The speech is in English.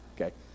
Okay